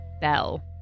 Bell